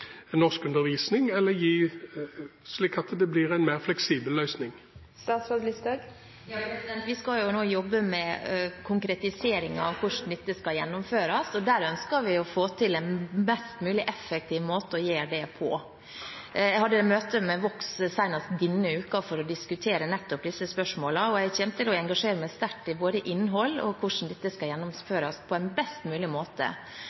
norskundervisning, slik at det blir en mer fleksibel løsning? Vi skal nå jobbe med konkretiseringen av hvordan dette skal gjennomføres, og vi ønsker å få til en mest mulig effektiv måte å gjøre det på. Jeg hadde møte med Vox senest denne uka for å diskutere nettopp disse spørsmålene, og jeg kommer til å engasjere meg sterkt både i innhold og i hvordan dette skal gjennomføres på en best mulig måte.